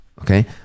okay